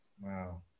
Wow